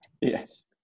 Yes